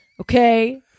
Okay